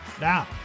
Now